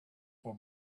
will